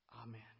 Amen